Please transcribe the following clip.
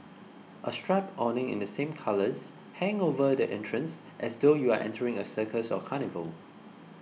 a striped awning in the same colours hang over the entrance as though you are entering a circus or carnival